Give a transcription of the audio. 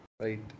Right